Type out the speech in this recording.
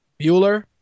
Bueller